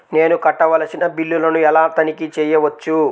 నేను కట్టవలసిన బిల్లులను ఎలా తనిఖీ చెయ్యవచ్చు?